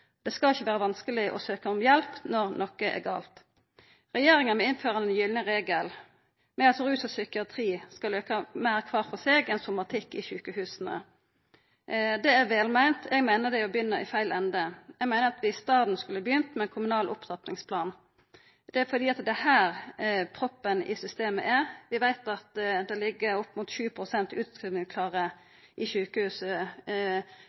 Det skal ikkje vera vanskeleg å søka om hjelp når noko er gale. Regjeringa har innført den gylne regel med at rus- og psykiatriinnsatsen skal auka meir kvar for seg enn somatikken i sjukehusa. Det er velmeint. Eg meiner det er å begynna i feil ende. Eg meiner at vi i staden skulle ha begynt med ein kommunal opptrappingsplan, fordi det er her proppen i systemet er. Vi veit det ligg opp mot